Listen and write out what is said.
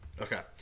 Okay